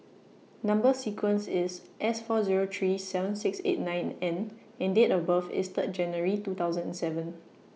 Number sequence IS S four Zero three seven six eight nine N and Date of birth IS Third January two thousand and seven